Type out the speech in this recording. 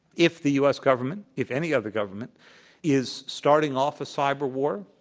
if the u. s. government if any other government is starting off a cyber war,